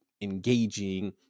engaging